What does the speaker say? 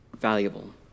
valuable